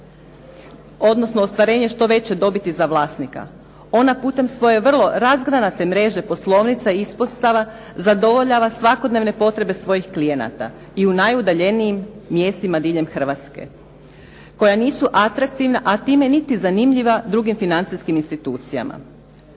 odnosno ostvarenje što veće dobiti za vlasnika. Ona putem svoje vrlo razgranate mreže poslovnica i ispostava zadovoljava svakodnevne potrebe svojih klijenata i u najudaljenijim mjestima diljem Hrvatske koja nisu atraktivna, a time niti zanimljiva drugim financijskim institucijama.